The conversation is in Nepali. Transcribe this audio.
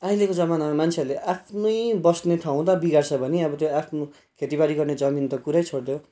अहिलेको जमानामा मान्छेहरूले आफ्नै बस्ने ठाउँ त बिगार्छ भने अब त्यो आफ्नो खेतीबारी गर्ने जमिन त कुरै छोडिदेऊ